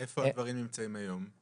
איפה הדברים נמצאים היום?